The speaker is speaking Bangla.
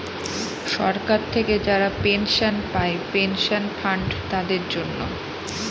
সরকার থেকে যারা পেনশন পায় পেনশন ফান্ড তাদের জন্য